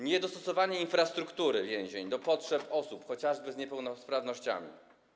Niedostosowanie infrastruktury więzień do potrzeb osób chociażby z niepełnosprawnościami.